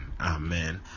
amen